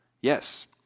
Yes